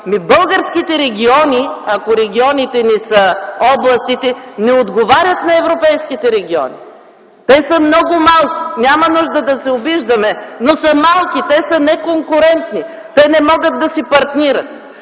българските региони, ако регионите ни са областите, не отговарят на европейските региони? Те са много малки. Няма нужда да се обиждаме, но са малки. Те са неконкурентни, те не могат да си партнират.